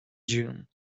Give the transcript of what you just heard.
june